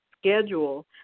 schedule